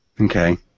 Okay